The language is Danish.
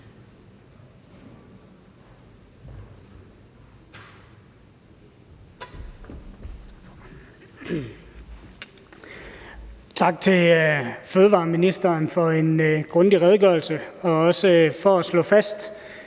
Tak til fødevareministeren for en grundig redegørelse og også for at slå fast,